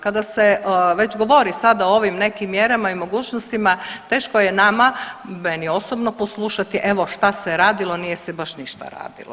Kada se već govori sada o ovim nekim mjerama i mogućnostima teško je nama, meni osobno poslušati evo šta se radilo, nije se baš ništa radilo.